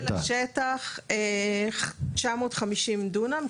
גודל השטח 950 דונם,